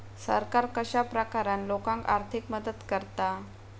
सरकार कश्या प्रकारान लोकांक आर्थिक मदत करता?